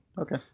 Okay